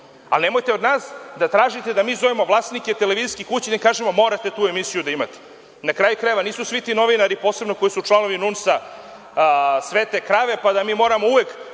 Nemojte od nas da tražite da mi zovemo vlasnike televizijske kuće i da im kažemo – morate tu emisiju da imate. Na kraju krajeva, nisu svi ti novinari, koji su članovi NUNS-a, svete krave, pa da mi moramo uvek,